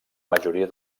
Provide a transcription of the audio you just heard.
majoria